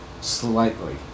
Slightly